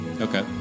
Okay